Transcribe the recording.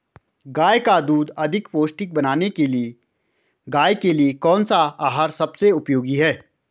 गाय का दूध अधिक पौष्टिक बनाने के लिए गाय के लिए कौन सा आहार सबसे उपयोगी है?